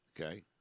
Okay